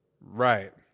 Right